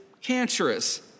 cancerous